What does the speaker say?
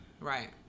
Right